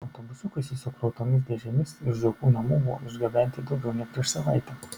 autobusiukai su sukrautomis dėžėmis iš zuokų namų buvo išgabenti daugiau nei prieš savaitę